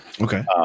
Okay